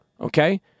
Okay